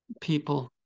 people